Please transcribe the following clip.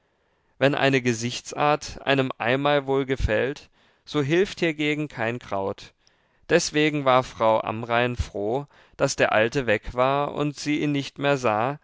wenn eine gesichtsart einem einmal wohlgefällt so hilft hiergegen kein kraut deswegen war frau amrain froh daß der alte weg war und sie ihn nicht mehr sah